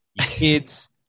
kids